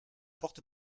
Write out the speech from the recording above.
porte